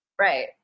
Right